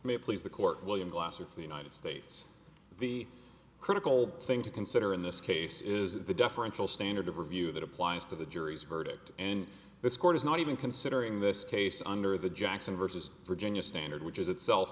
it please the court william glasser for the united states the critical thing to consider in this case is the deferential standard of review that applies to the jury's verdict and this court is not even considering this case under the jackson versus virginia standard which is itself